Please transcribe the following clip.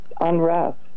unrest